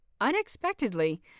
unexpectedly